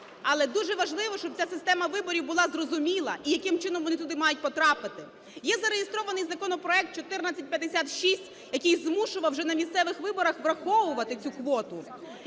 Але дуже важливо, щоб ця система виборів була зрозуміла, і яким чином вони туди мають поправити. Є зареєстрований законопроект 1456, який змушував вже на місцевих виборах враховувати цю квоту,